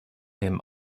him